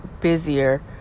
busier